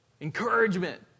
Encouragement